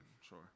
Sure